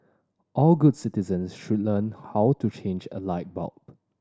all good citizens should learn how to change a light bulb